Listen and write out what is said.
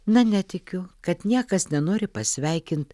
na netikiu kad niekas nenori pasveikint